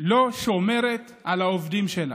לא שומרת על העובדים שלה.